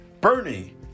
Bernie